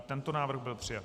I tento návrh byl přijat.